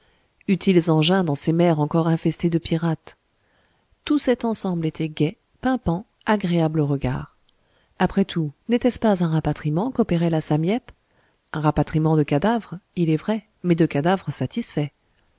utiles engins dans ces mers encore infestées de pirates tout cet ensemble était gai pimpant agréable au regard après tout n'était-ce pas un rapatriement qu'opérait la sam yep un rapatriement de cadavres il est vrai mais de cadavres satisfaits